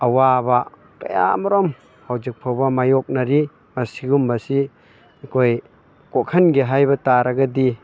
ꯑꯋꯥꯕ ꯀꯌꯥ ꯃꯔꯨꯝ ꯍꯧꯖꯤꯛ ꯐꯥꯎꯕ ꯃꯥꯌꯣꯛꯅꯔꯤ ꯑꯁꯤꯒꯨꯝꯕꯁꯤ ꯑꯩꯈꯣꯏ ꯀꯣꯛꯍꯟꯒꯦ ꯍꯥꯏꯕ ꯇꯥꯔꯒꯗꯤ